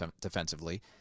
defensively